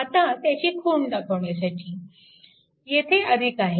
आता त्याची खूण दाखवण्यासाठी येथे आहे